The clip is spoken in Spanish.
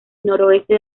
noroeste